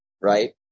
right